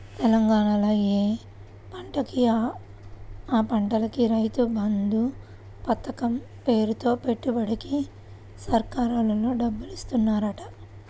తెలంగాణాలో యే పంటకి ఆ పంటకి రైతు బంధు పతకం పేరుతో పెట్టుబడికి సర్కారోల్లే డబ్బులిత్తన్నారంట